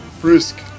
Brisk